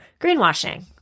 greenwashing